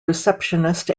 receptionist